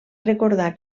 recordar